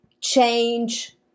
change